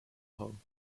home